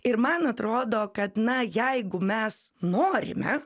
ir man atrodo kad na jeigu mes norime